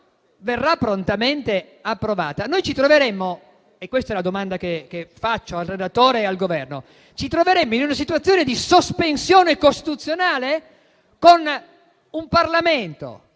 venisse prontamente approvata, noi ci troveremmo - e questa è la domanda che faccio al relatore e al Governo - in una situazione di sospensione costituzionale, con un Parlamento